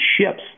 ships